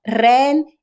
rain